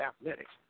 athletics